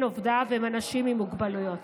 עובדיו הם אנשים עם מוגבלות משמעותית.